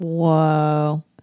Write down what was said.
Whoa